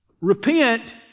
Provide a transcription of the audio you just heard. Repent